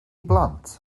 blant